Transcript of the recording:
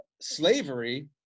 slavery